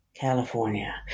California